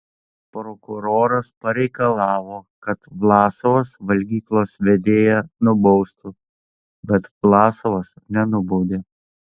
prokuroras pareikalavo kad vlasovas valgyklos vedėją nubaustų bet vlasovas nenubaudė